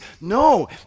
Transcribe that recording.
no